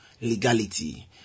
legality